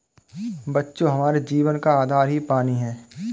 बच्चों हमारे जीवन का आधार ही पानी हैं